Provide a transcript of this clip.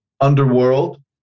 underworld